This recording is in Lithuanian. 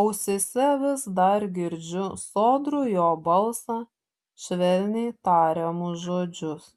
ausyse vis dar girdžiu sodrų jo balsą švelniai tariamus žodžius